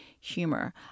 humor